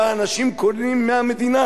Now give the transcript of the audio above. והאנשים קונים מהמדינה.